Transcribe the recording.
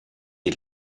die